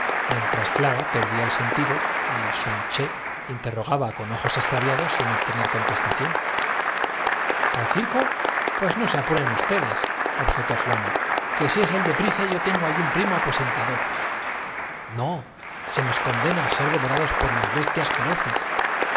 mientras clara perdía el sentido y sun ché interrogaba con ojos extraviados sin obtener contestación al circo pues no se apuren ustedes objetó juanaque si es en el de price yo tengo allí un primo aposentador no se nos condena á ser devorados por las bes tias feroces